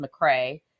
McRae